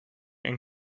and